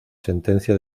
sentencia